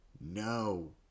No